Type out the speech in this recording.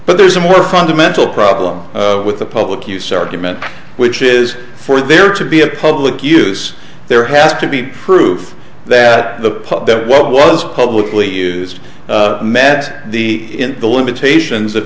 but there's a more fundamental problem with the public use argument which is for there to be a public use there has to be proof that the public what was publicly used met the in the limitations of